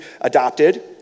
adopted